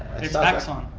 it's axon.